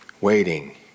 waiting